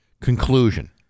conclusion